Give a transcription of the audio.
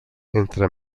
entre